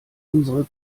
unsere